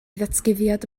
ddatguddiad